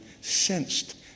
sensed